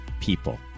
people